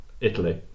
Italy